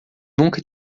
nunca